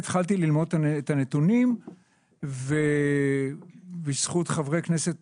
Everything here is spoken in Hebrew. התחלתי ללמוד את הנתונים ובזכות חברי כנסת